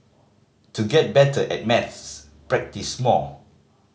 to get better at maths practise more